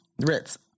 Ritz